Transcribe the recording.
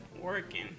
working